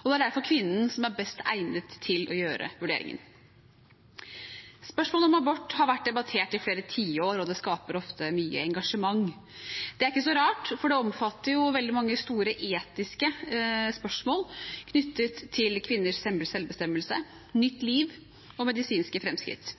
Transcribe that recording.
og det er derfor kvinnen som er best egnet til å gjøre vurderingen. Spørsmålet om abort har vært debattert i flere tiår, og det skaper ofte mye engasjement. Det er ikke så rart, for det omfatter jo veldig mange store etiske spørsmål knyttet til kvinners selvbestemmelse, nytt liv og medisinske framskritt.